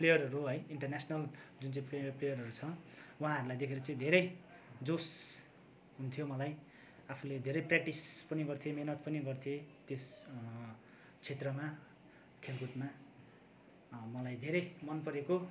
प्लेयरहरू है इन्टरन्यासनल जुन चाहिँ प्रेयर प्लेयरहरू छ उहाँहरूलाई देखेर चाहिँ धेरै जोस हुन्थ्यो मलाई आफूले धेरै प्य्राक्टिस पनि गर्थेँ मिहिनेत पनि गर्थेँ त्यस क्षेत्रमा खेलकुदमा मलाई धेरै मनपरेको